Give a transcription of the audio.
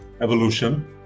evolution